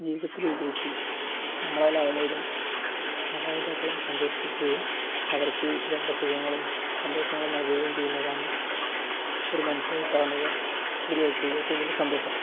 ജീവിതത്തിൽ വിജയിച്ച് നമ്മളാലാകുന്ന വിധം മാതാപിതാക്കളെ സന്തോഷിപ്പിക്കുകയും അവർക്ക് വേണ്ട സുഖങ്ങളും സന്തോഷങ്ങളും നൽകുകയും ചെയ്യുന്നതാണ് ഒരു മനുഷ്യന് കിട്ടാവുന്നതിൽ വെച്ച് ഏറ്റവും വലിയ സന്തോഷം